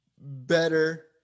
better